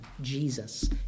Jesus